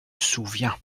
souviens